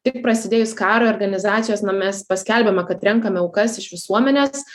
tik prasidėjus karui organizacijos na mes paskelbėme kad renkame aukas iš visuomenės